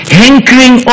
hankering